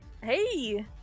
Hey